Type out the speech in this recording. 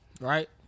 right